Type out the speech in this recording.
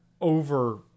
over